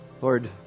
Lord